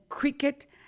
Cricket